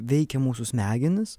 veikia mūsų smegenis